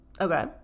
Okay